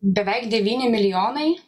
beveik devyni milijonai